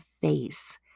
face